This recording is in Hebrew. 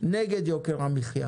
נגד יוקר המחיה